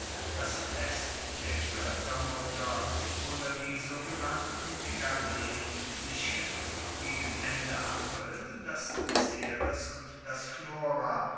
das fest der goettermutter oder die sogenannten megalensischen gegen ende april das ceres und das flora